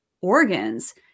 organs